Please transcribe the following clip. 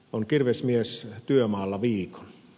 on kirvesmies työmaalla viikon